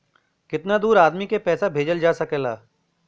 कितना दूर आदमी के पैसा भेजल जा सकला?